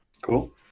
Cool